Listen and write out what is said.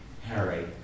Harry